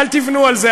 אל תבנו על זה.